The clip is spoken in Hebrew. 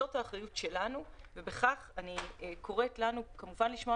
זאת האחריות שלנו ובכך אני קוראת לנו כמובן לשמוע